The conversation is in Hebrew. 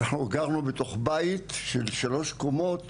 אנחנו גרנו בתוך בית של שלוש קומות